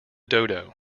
dodo